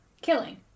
Killing